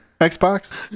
Xbox